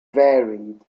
varied